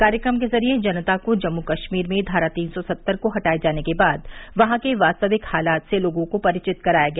कार्यक्रम के जरिए जनता को जम्मू कश्मीर में धारा तीन सौ सत्तर को हटाए जाने के बाद वहां के वास्तविक हालात से लोगो को परिचित कराया गया